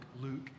Luke